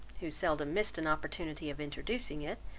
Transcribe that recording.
who seldom missed an opportunity of introducing it,